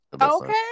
Okay